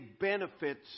benefits